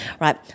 right